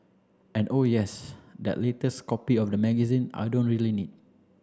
and oh yes that latest copy of the magazine I don't really need